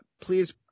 Please